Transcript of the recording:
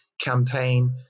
campaign